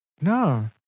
No